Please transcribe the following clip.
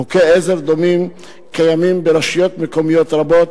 חוקי עזר דומים קיימים ברשויות מקומיות רבות